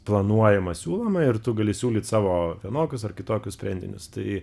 planuojama siūloma ir tu gali siūlyt savo vienokius ar kitokius sprendinius tai